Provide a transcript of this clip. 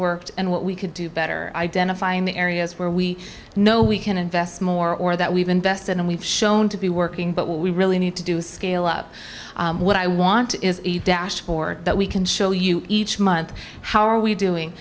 worked and what we could do better identifying the areas where we know we can invest more or that we've invested and we've shown to be working but what we really need to do scale up what i want is a dashboard that we can show you each month how are we doing